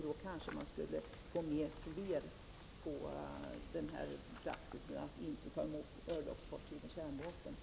Då kanske man skulle få med fler på praxisen att inte ta emot örlogsfartyg med kärnvapen.